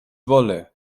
wolle